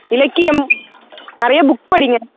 இலக்கியம் நிறைய புக் படிங்க